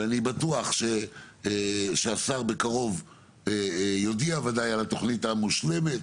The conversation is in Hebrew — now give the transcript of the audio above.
ואני בטוח שהשר בקרוב יודיע ודאי על התוכנית המושלמת.